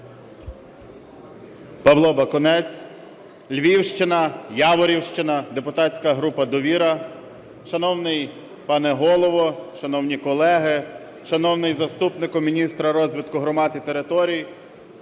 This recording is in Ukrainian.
Павло Бакунець, Львівщина, Яворівщина, депутатська група "Довіра". Шановний пане Голово, шановні колеги, шановний заступник міністра розвитку громад і територій,